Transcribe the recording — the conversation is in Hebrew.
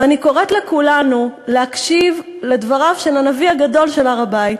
ואני קוראת לכולנו להקשיב לדבריו של הנביא הגדול של הר-הבית,